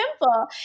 simple